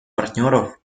партнеров